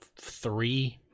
three